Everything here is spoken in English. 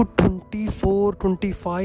24-25%